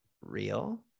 real